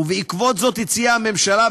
ובעקבות זאת הציעה הממשלה,